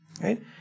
right